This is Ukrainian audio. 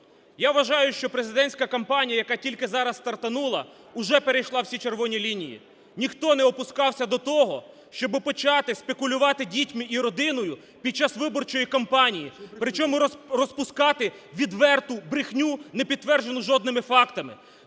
Я вважаю, що президентська кампанія, яка тільки зараз стартонула, вже перейшла всі "червоні лінії". Ніхто не опускався до того, щоби почати спекулювати дітьми і родиною під час виборчої кампанії, причому розпускати відверту брехню, не підтверджену жодними фактами.